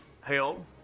held